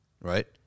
Right